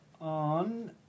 on